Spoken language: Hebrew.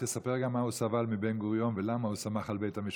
תספר גם מה הוא סבל מבן-גוריון ולמה הוא סמך על בית המשפט,